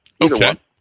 okay